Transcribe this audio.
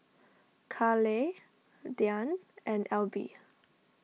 Carleigh Diann and Elby